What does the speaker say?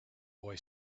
boy